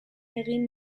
egin